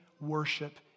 worship